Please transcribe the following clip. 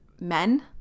men